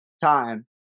time